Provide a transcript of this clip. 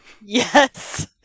Yes